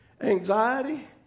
Anxiety